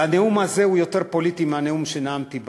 והנאום הזה הוא יותר פוליטי מהנאום שנאמתי,